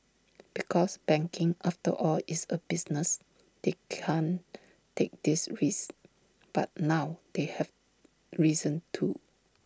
because banking after all is A business they can't take these risks but now they have reason to